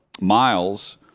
Miles